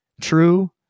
true